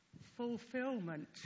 fulfillment